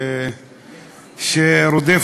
המדע.